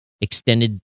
extended